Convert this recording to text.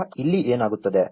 ಈಗ ಇಲ್ಲಿ ಏನಾಗುತ್ತದೆ